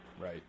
Right